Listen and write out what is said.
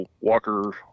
Walker